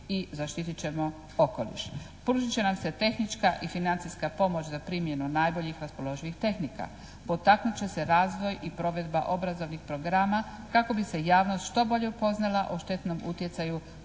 i zaštitit ćemo okoliš. Pružit će nam se tehnička i financijska pomoć za primjenu najboljih raspoloživih tehnika. Potaknut će se razvoj i provedba obrazovnih programa kako bi se javnost što bolje upoznala o štetnom utjecaju